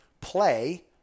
play